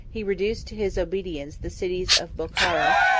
he reduced to his obedience the cities of bochara,